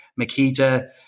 makita